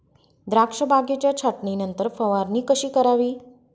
द्राक्ष बागेच्या छाटणीनंतर फवारणी कशी करावी?